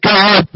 God